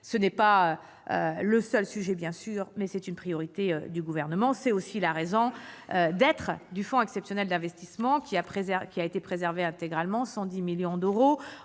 Ce n'est pas le seul enjeu, bien sûr, mais c'est une priorité du Gouvernement. C'est aussi la raison d'être du fonds exceptionnel d'investissement, dont les crédits ont été intégralement préservés : 110 millions d'euros